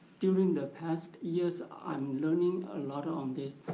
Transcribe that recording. during the past years i'm learning a lot on this.